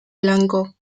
blanco